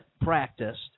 practiced